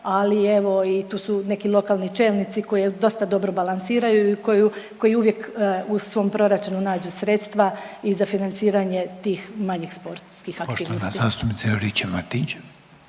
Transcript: ali evo, tu su neki lokalni čelnici koji dosta dobro balansiraju i koji uvijek u svom proračunu nađu sredstva i za financiranje tih manjih sportskih aktivnosti. **Reiner, Željko